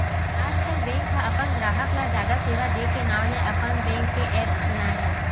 आजकल बेंक ह अपन गराहक ल जादा सेवा दे के नांव ले अपन बेंक के ऐप्स बनाए हे